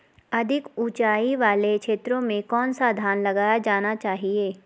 अधिक उँचाई वाले क्षेत्रों में कौन सा धान लगाया जाना चाहिए?